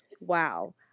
wow